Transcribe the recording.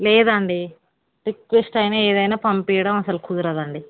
లేదండి రిక్వెస్ట్ అయినా ఏదైనా పంపించడం అసలు కుదరదండి